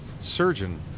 surgeon